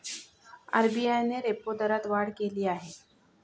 RBI ने repo दरात वाढ केली आहे